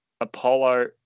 Apollo